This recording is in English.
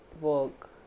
work